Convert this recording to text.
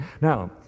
Now